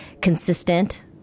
consistent